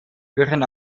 führen